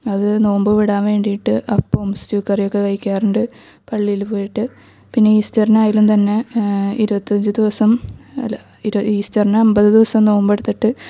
അത് നോമ്പ് വീടാൻ വേണ്ടിയിട്ട് അപ്പോം സ്റ്റു കറീയൊക്കെ കഴിക്കാറുണ്ട് പള്ളിയിൽ പോയിട്ട് പിന്നെ ഈസ്റ്ററിനായാലും തന്നെ ഇരുപത്തിയഞ്ച് ദിവസം അല്ല ഈസ്റ്ററിന് അൻപതു ദിവസം നോമ്പ് എടുത്തിട്ട്